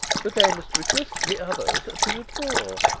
but i must request the others to withdraw.